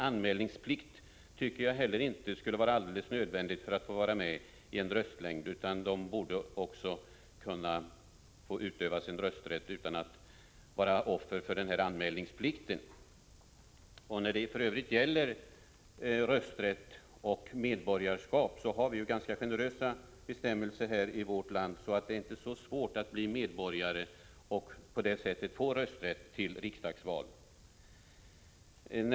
Anmälningsplikt tycker jag heller inte skall vara alldeles nödvändig för att man skall få vara med i en röstlängd, utan man borde kunna få utöva sin rösträtt utan att vara offer för den här anmälningsplikten. När det gäller rösträtt och medborgarskap har vi ju ganska generösa bestämmelser i vårt land. Det är inte så svårt att bli svensk medborgare och på det sättet få rösträtt till riksdagsval.